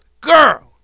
girl